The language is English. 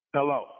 Hello